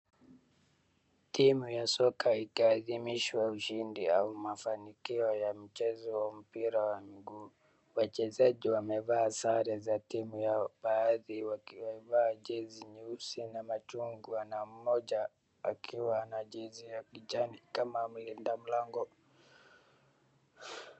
Timu ya soka ikidhimishwa ushindi au mafanikio ya mchezo wa mpira wa miguu. Wachezaji wamevaa sare za timu yao, baadhi wakiwa wamevaa jezi nyeusi na machungwa na mmoja akiwa na jezi ya kijani kama mlinda mlango.